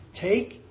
Take